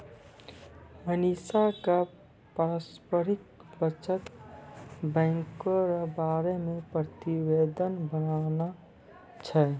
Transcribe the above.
मनीषा क पारस्परिक बचत बैंको र बारे मे प्रतिवेदन बनाना छै